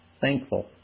thankful